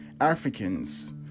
Africans